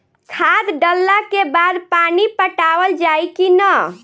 खाद डलला के बाद पानी पाटावाल जाई कि न?